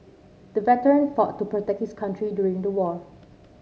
the veteran fought to protect his country during the war